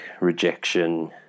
rejection